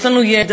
יש לנו ידע,